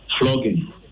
flogging